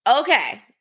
Okay